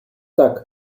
tak